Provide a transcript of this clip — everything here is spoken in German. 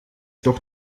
doch